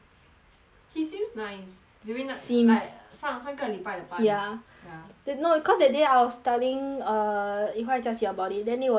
he seems nice during 那次 seems 上上个礼拜的班 ya ya then no cause that day I was telling err e hua and jia qi about it then they were saying like